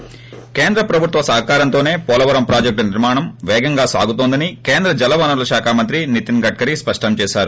ి కేంద్ర ప్రభుత్వ సహకారంతోసే పోలవరం ప్రాజెక్టు నిర్మాణం వేగంగా సాగుతోందని కేంద్ర జలవనరుల శాఖ మంత్రి నితిన్ గడ్కరీ స్పష్టం చేశారు